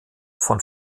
von